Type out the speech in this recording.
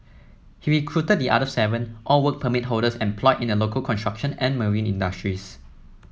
he recruited the other seven all Work Permit holders employed in the local construction and marine industries